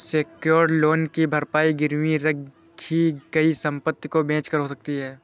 secured loan की भरपाई गिरवी रखी गई संपत्ति को बेचकर हो जाती है